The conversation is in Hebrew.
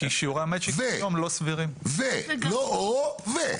לא או, ו.